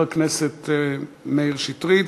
של חבר הכנסת מאיר שטרית.